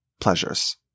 pleasures